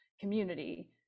community